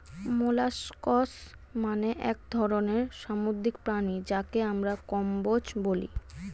molluscs মানে এক ধরনের সামুদ্রিক প্রাণী যাকে আমরা কম্বোজ বলি